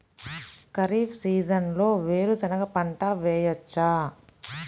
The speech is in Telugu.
ఖరీఫ్ సీజన్లో వేరు శెనగ పంట వేయచ్చా?